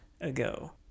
ago